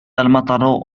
المطر